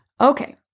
Okay